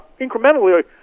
incrementally